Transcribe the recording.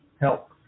help